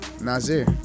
Nazir